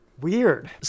Weird